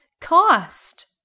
cost